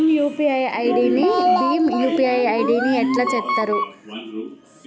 Bhim UPI ID ని ఎట్లా చేత్తరు?